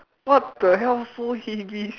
what the hell so heavy